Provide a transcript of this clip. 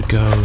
go